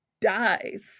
dies